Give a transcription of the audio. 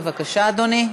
בבקשה, אדוני.